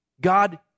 God